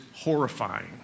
horrifying